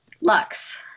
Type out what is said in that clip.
Lux